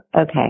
okay